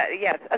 yes